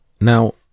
Now